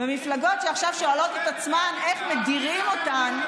מפלגות שעכשיו שואלות את עצמן איך מדירים אותן,